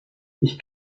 ich